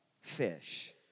fish